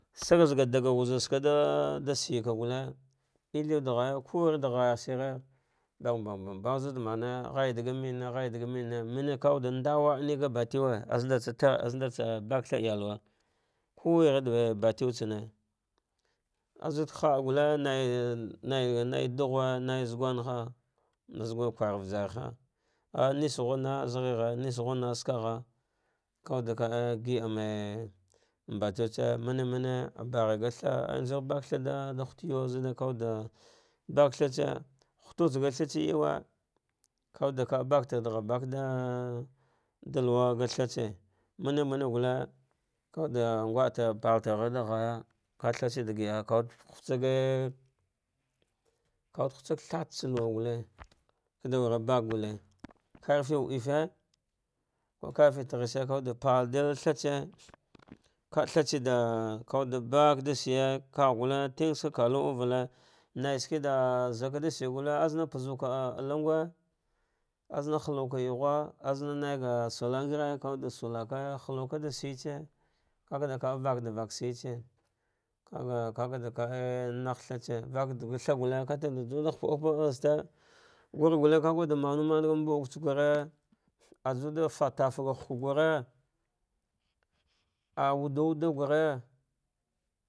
Sagzaghasa ɗaga wuze tsa ɗa ɗa shiye ka gulle ethrwude ghaja, kuwure ɗa gha yah shin ɗam mbagh mbagh zuɗmannja, daja mene awane ga bative azmanɗatsa baka th. Iyalwakwaze dewe da batietseucte azuɗko kahale gulle nai nai naigh dughe naizu gunha azud kwar vasarha an nishna azghehe ah msghuna azkagha vakda va giɗan nbatie tsa mene mane paghe ga thah ai znjur bak thah da hut yuwa zuba baka thatse hutsaga thats yuwe kaawud ka batardaghar bark ɗan luwa ga thahtse mame mane galle kude ngh partard agharda ghaya ka tthah tsa da giɗa kawud da hutsagi kawuɗ hutsagi thatsa luwa galte kada wur baka gulle karfi waefe ku kar fetighshi kuwude pardil thatse ka thatse ɗa ka warda baka ɗa shinye kagh gul i e tingh sk kaka kalu uvute, nai ske ɗa zaka da shiye gulle azna pazuka alungi azma hulka yughu azna naifa salaniggare kuwuɗe sulakaja hulka da shitse ka kava ka vaɗavak shitse kakada ka ngh thatsa piduka thatse kate hupu u hapa alles ste gurgulle ka manu man nbu uktsa gure ajufa taf hukwa e gure ah wuduwud gure.